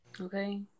Okay